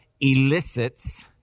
elicits